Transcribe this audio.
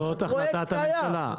זאת החלטת הממשלה.